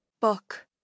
Book